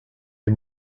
les